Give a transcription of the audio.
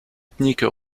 ethniques